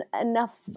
enough